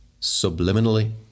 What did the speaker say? subliminally